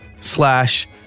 slash